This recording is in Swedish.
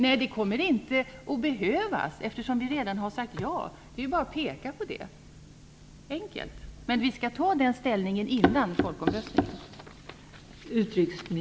Nej, det kommer inte att behövas, eftersom vi redan har sagt ja! Det är ju bara att peka på det. Det är enkelt! Men vi skall ta ställning där innan folkomröstningen.